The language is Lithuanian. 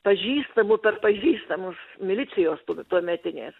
pažįstamų per pažįstamus milicijos tuometinės